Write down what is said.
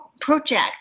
Project